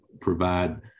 provide